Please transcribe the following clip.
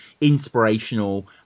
inspirational